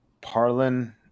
Parlin